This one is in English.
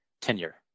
tenure